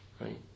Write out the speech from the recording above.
Right